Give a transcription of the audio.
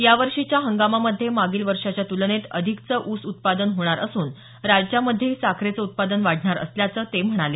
या वर्षीच्या हंगामामध्ये मागील वर्षाच्या तुलनेत अधिकचे ऊस उत्पादन होणार असून राज्यामध्येही साखरेचे उत्पादन वाढणार असल्याचं ते म्हणाले